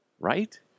Right